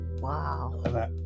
Wow